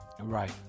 Right